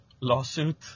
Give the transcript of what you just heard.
lawsuit